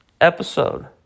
episode